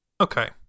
okay